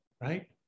right